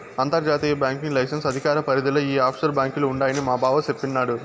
అంతర్జాతీయ banking license అధికార పరిదిల ఈ ఆప్షోర్ బాంకీలు ఉండాయని మాబావ సెప్పిన్నాడు